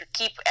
keep